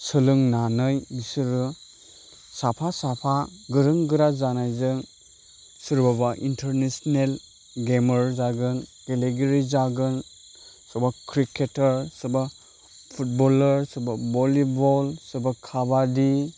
सोलोंनानै बिसोरो साफा साफा गोरों गोरा जानायजों सोरबाबा इन्टारनेसनेल गेमार जागोन गेलेगिरि जागोन सोरबा क्रिकेटार सोरबा फुतबलार सोरबा भलिबल सोरबा खाबादि